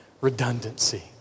redundancy